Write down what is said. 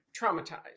traumatized